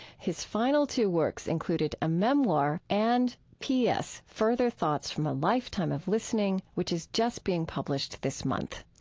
his final two works included a memoir and p s. further thoughts from a lifetime of listening, which is just being published this month.